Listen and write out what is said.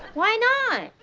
why not?